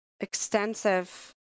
extensive